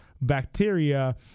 bacteria